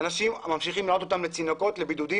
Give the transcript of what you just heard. ממשיכים להעלות אנשים לצינוק ולבידוד.